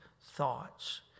thoughts